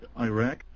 Iraq